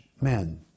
men